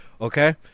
okay